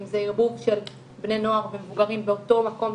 אם זה עירוב של בני נוער ומבוגרים באותו מקום,